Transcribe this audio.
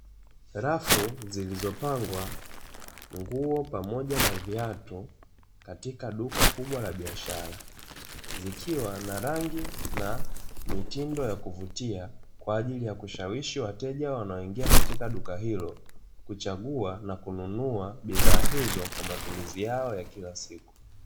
Rafu zilizopangwa nguo pamoja na viatu katika duka kubwa la biashara, zikiwa na rangi na mitindo ya kuvutia kwa ajili ya kushawishi wateja wanaoingia katika duka hilo kuchagua na kununua bidhaa hizo kwa matumizi yao ya kila siku.